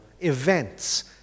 events